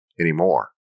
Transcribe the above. anymore